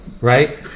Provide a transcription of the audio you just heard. right